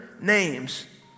Names